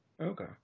Okay